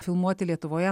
filmuoti lietuvoje